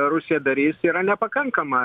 rusija darys yra nepakankama